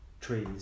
trees